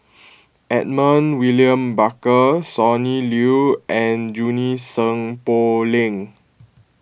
Edmund William Barker Sonny Liew and Junie Sng Poh Leng